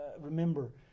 remember